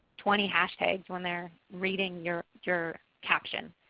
twenty hashtags when they are reading your your caption.